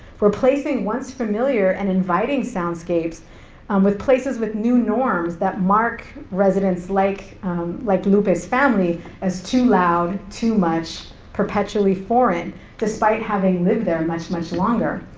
replacing once familiar and inviting soundscapes with places with new norms that mark residents like like lupe's family as too loud, too much, perpetually foreign despite having lived there much, much longer.